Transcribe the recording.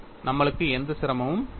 நம்மளுக்கு எந்த சிரமமும் இல்லை